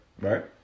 right